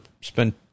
spend